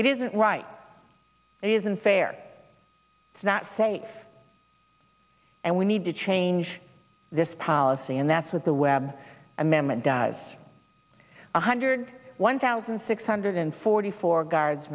it isn't right it isn't fair it's not safe and we need to change this policy and that's what the webb amendment does one hundred one thousand six hundred forty four guards